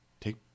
take